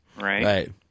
Right